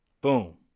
boom